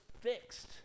fixed